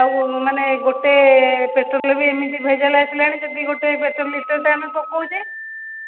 ଆଉ ମାନେ ଗୋଟେ ପେଟ୍ରୋଲରେ ବି ଏମିତି ଭେଜାଲ୍ ଆସିଲାଣି ଯେ ଯଦି ଗୋଟେ ପେଟ୍ରୋଲ୍ ଲିଟର୍ ଟେ ଆମେ ପକଉଛେ